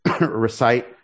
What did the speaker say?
recite